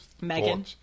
Megan